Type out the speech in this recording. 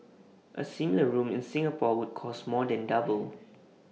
A similar room in Singapore would cost more than double